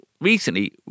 recently